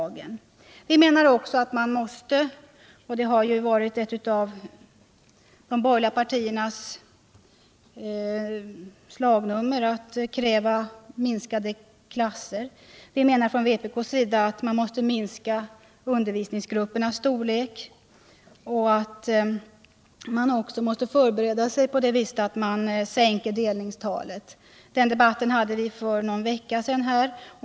Tisdagen den Vi menar också att man måste minska undervisningsgruppernas storlek — 16 maj 1978 det har ju varit ett av de borgerliga partiernas slagnummer att kräva minskade klasser. Vi menar att man måste förbereda sig för det genom att sänka delningstalet. Den saken debatterade vi för någon vecka sedan.